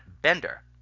Bender